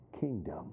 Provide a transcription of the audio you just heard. kingdom